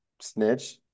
snitch